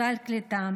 סל קליטה,